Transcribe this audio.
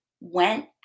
went